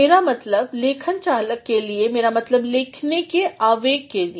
मेरा मतलब लेखन चालक के लिए मेरा मतलब लिखने की आवेग के लिए